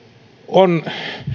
on